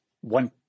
one